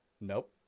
Nope